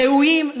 ראויים,